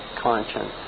conscience